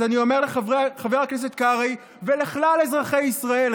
אז אני אומר לחבר הכנסת קרעי ולכלל אזרחי ישראל,